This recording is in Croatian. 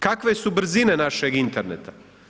Kakve su brzine našeg interneta?